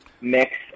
mix